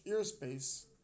airspace